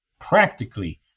practically